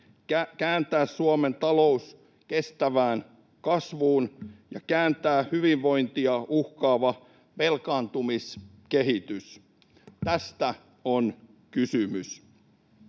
kääntää Suomen talous kestävään kasvuun ja kääntää hyvinvointia uhkaava velkaantumiskehitys. Tästä on kysymys.